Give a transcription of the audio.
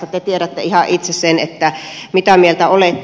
te tiedätte ihan itse sen mitä mieltä olette